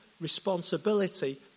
Responsibility